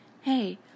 hey